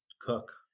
cook